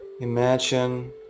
Imagine